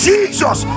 Jesus